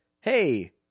Hey